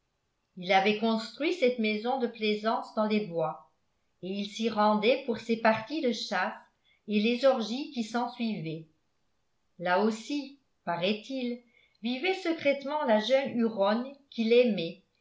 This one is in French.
il avait construit cette maison de plaisance dans les bois et il s'y rendait pour ses parties de chasse et les orgies qui s'ensuivaient là aussi paraît-il vivait secrètement la jeune huronne qui l'aimait